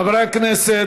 חברי הכנסת,